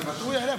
שוואטורי יעלה,